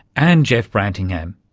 and jeff brantingham,